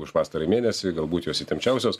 už pastarąjį mėnesį galbūt jos įtempčiausios